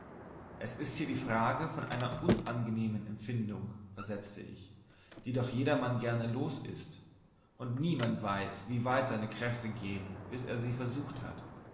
es ist hier die frage von einer unangenehmen empfindung versetzte ich die doch jedermann gerne los ist und niemand weiß wie weit seine kräfte gehen bis er sie versucht hat